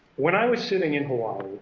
when i was sitting in hawaii,